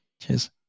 Cheers